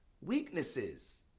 weaknesses